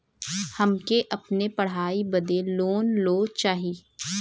हमके अपने पढ़ाई बदे लोन लो चाही?